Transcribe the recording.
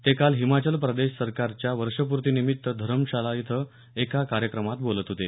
ते काल हिमाचल प्रदेश सरकारच्या वर्षप्रतींनिमित्त धरमशाला इथं एका कार्यक्रमात बोलत होते